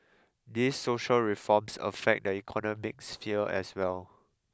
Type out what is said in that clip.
these social reforms affect the economic sphere as well